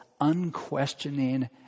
unquestioning